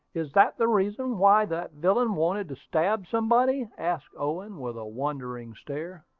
is that the reason why that villain wanted to stab somebody? asked owen, with a wondering stare.